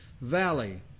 valley